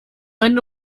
ende